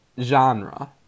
genre